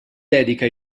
dedica